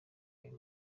ayo